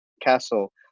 castle